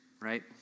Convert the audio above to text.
right